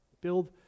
Build